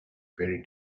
very